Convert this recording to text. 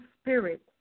spirit